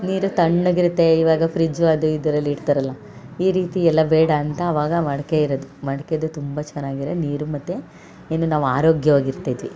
ನೀರು ತಣ್ಣಗಿರುತ್ತೆ ಇವಾಗ ಫ್ರಿಜ್ಜು ಅದು ಇದರಲ್ಲಿ ಇಡ್ತಾರಲ್ಲ ಈ ರೀತಿ ಎಲ್ಲ ಬೇಡ ಅಂತ ಆವಾಗ ಮಡಿಕೆ ಇರದು ಮಡಿಕೆದು ತುಂಬ ಚೆನ್ನಾಗಿರೋ ನೀರು ಮತ್ತು ಇನ್ನು ನಾವು ಆರೋಗ್ಯವಾಗಿ ಇರ್ತಾಯಿದ್ವಿ